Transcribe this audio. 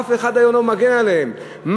אף אחד לא מגן עליהם היום.